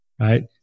right